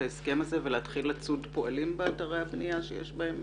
ההסכם הזה ולהתחיל לצוד פועלים באתרי בנין שיש בהם